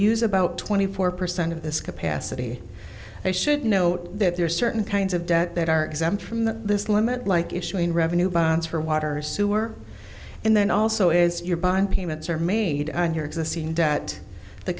use about twenty four percent of this capacity i should note that there are certain kinds of debt that are exempt from the this limit like issuing revenue bonds for water sewer and then also is your bond payments are made on your